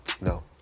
No